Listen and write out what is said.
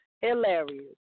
hilarious